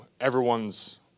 everyone's